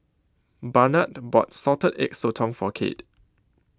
Barnard bought Salted Egg Sotong For Kade